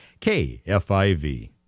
KFIV